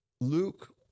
Luke